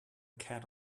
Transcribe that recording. cat